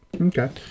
Okay